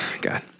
God